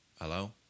Hello